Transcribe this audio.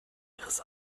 ihres